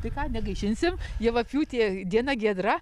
tai ką negaišinsim javapjūtė diena giedra